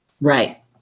Right